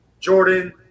Jordan